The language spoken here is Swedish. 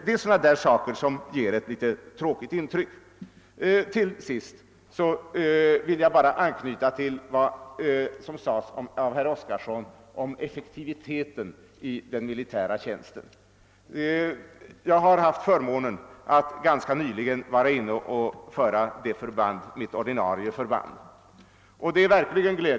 Det är sådana saker som ger ett tråkigt intryck. Till sist vill jag bara knyta an till vad herr Oskarson sade om effektiviteten i den militära tjänsten. Jag har ganska nyligen haft förmånen att föra mitt ordinarie förband.